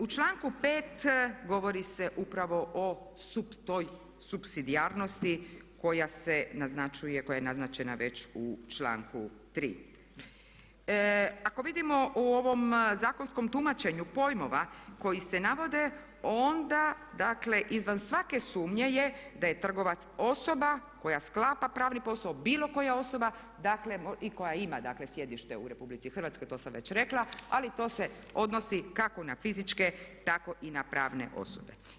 U članku 5. govori se upravo o toj supsidijarnosti koja je naznačena već u članku 3. Ako vidimo u ovom zakonskom tumačenju pojmova koji se navode onda dakle izvan svake sumnje je da je trgovac osoba koja sklapa pravni posao, bilo koja osoba koja ima dakle sjedište u RH, to sam već rekla, ali to se odnosi kako na fizičke tako i na pravne osobe.